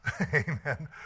amen